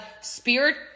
spirit